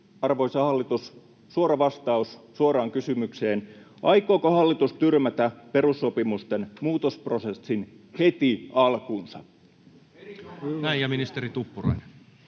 arvoisa hallitus, suora vastaus suoraan kysymykseen: aikooko hallitus tyrmätä perussopimusten muutosprosessin heti alkuunsa? [Speech 44] Speaker: Toinen